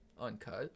Uncut